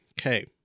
Okay